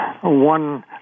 one